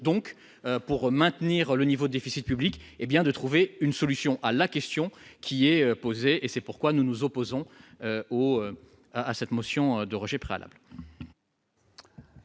donc pour maintenir le niveau, déficit public, hé bien de trouver une solution à la question qui est posée et c'est pourquoi nous nous opposons au à cette motion de rejet préalable.